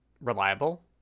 reliable